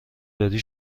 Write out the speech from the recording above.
داری